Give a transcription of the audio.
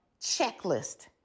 checklist